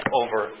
over